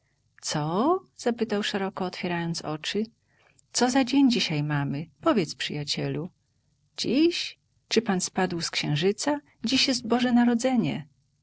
co zapytał szeroko otwierając oczy co za dzień dzisiaj mamy powiedz przyjacielu dziś czy pan spadł z księżyca dziś jest boże narodzenie